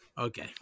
Okay